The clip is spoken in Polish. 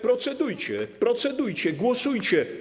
Procedujcie, procedujcie, głosujcie.